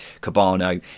Cabano